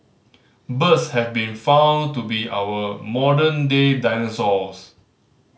birds have been found to be our modern day dinosaurs